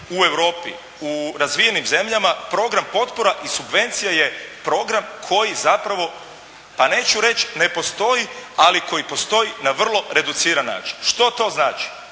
u Europi u razvijenim zemljama program potpora i subvencija je program koji zapravo pa neću reći ne postoji, ali koji postoji na vrlo reduciran način. Što to znači?